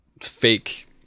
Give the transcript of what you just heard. fake